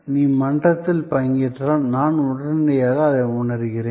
நீங்கள் மன்றத்தில் பங்கேற்றால் நான் உடனடியாக அதை உணர்கிறேன்